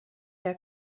der